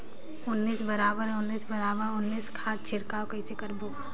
उन्नीस बराबर उन्नीस बराबर उन्नीस खाद छिड़काव कइसे करबो?